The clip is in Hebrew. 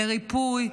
לריפוי,